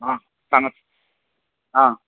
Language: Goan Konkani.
आं सांगात आं